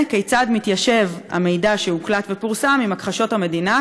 3. כיצד מתיישב המידע שהוקלט ופורסם עם הכחשות המדינה,